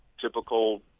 typical